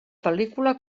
pel·lícula